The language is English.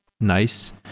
nice